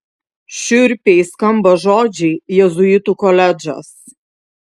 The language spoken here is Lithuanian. šiurpiai skamba žodžiai jėzuitų koledžas